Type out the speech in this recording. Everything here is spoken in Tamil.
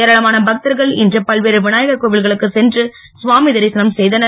ஏராளமான பக்தர்கள் இன்று பல்வேறு விநாயகர் கோவில்களுக்கு சென்று கவாமி தரிசனம் செய்தனர்